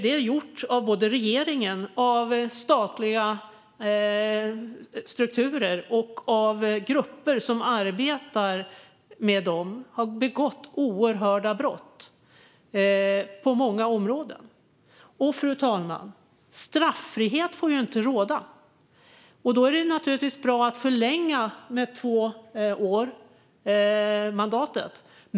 Det har gjorts av regeringen, statliga strukturer och grupper som arbetar med dem. De har begått oerhörda brott på många områden. Fru talman! Straffrihet får inte råda. Det är naturligtvis bra att förlänga mandatet med två år.